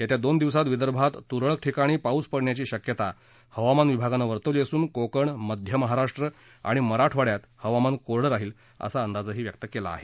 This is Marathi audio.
येत्या दोन दिवसात विदर्भांत तुरळक ठिकाणी पाऊस पडण्याची शक्यता हवामान विभागानं वर्तवली असून कोकण मध्य महाराष्ट्र आणि मराठवाड्यात हवामान कोरडं राहील असा अंदाज व्यक्त केला आहे